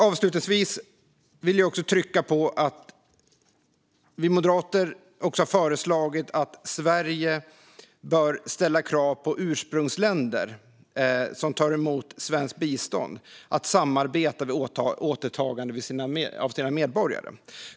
Avslutningsvis vill jag också trycka på att vi moderater även har föreslagit att Sverige ska ställa krav på ursprungsländer som tar emot svenskt bistånd att samarbeta vid återtagande av sina medborgare.